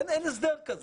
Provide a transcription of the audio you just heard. אין הסדר כזה.